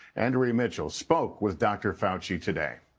andrea mitchell spoke with dr. fauci today.